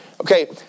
Okay